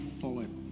forward